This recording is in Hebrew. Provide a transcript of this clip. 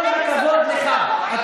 כל הכבוד לך.